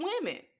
women